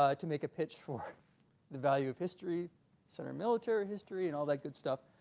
ah to make a pitch for the value of history center military history and all that good stuff